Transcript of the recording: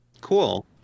cool